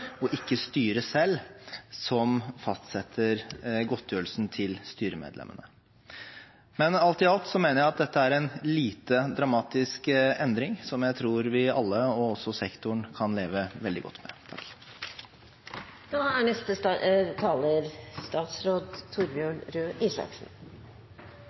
og ikke styret selv som fastsetter godtgjørelsen til styremedlemmene. Men alt i alt mener jeg at dette er en lite dramatisk endring som jeg tror vi alle – også sektoren – kan leve veldig godt med.